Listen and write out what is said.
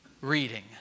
reading